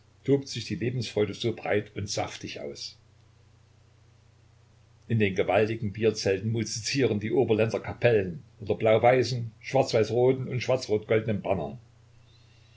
tobt sich lebensfreude so breit und saftig aus in den gewaltigen bierzelten musizieren die oberländler kapellen unter blauweißen schwarzweißroten und schwarzrotgoldenen bannern